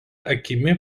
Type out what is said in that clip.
akimi